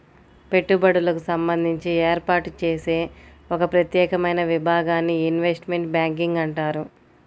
పెట్టుబడులకు సంబంధించి ఏర్పాటు చేసే ఒక ప్రత్యేకమైన విభాగాన్ని ఇన్వెస్ట్మెంట్ బ్యాంకింగ్ అంటారు